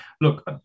look